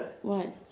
what